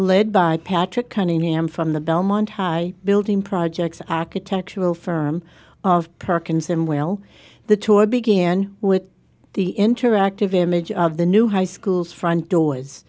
led by patrick cunningham from the belmont high building projects architectural firm of perkins and well the tour began with the interactive image of the new high school's front door